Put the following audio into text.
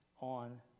on